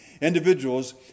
individuals